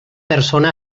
persona